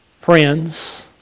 friends